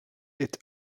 est